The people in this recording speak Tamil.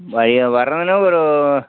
மதியோ வர்றதுன்னா ஒரு